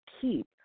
keep